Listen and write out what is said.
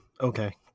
okay